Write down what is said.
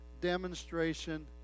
demonstration